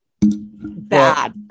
Bad